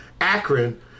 Akron